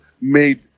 made